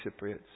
Cypriots